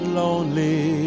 lonely